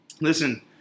listen